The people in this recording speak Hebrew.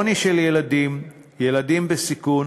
עוני של ילדים, ילדים בסיכון,